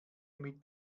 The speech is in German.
mit